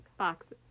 Boxes